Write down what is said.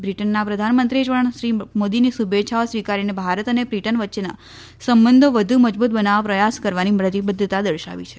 બ્રિટનના પ્રધાનમંત્રીએ પણ શ્રી મોદીની શુભેચ્છાઓ સ્વિકારીને ભારત અને બ્રિટન વચ્ચેના સંબંધો વધુ મજબુત બનાવવા પ્રયાસ કરવાની પ્રતિબદ્ધતા દર્શાવી છે